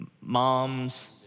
Moms